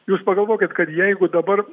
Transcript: jūs pagalvokit kad jeigu dabar